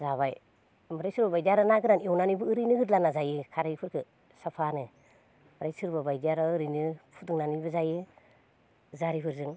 जाबाय ओमफ्राय सोरबा बायदिया ना गोरान एवनानैबो ओरैनो होद्लाना जायो खारैफोरखो साफानो ओमफ्राय सोरबा बायदिया आरो ओरैनो फुदुंनानैबो जायो जारिफोरजों